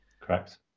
correct